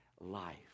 life